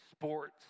sports